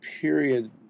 period